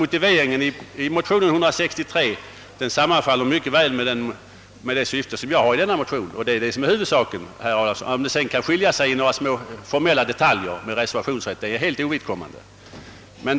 Motiveringen i motion 163 sammanfaller nära med syftet i min motion, och det är huvudsaken — om det sedan kan skilja sig i några små formella detaljer om reservationsrätt är ovidkommande.